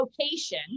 location